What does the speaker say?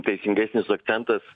teisingesnis akcentas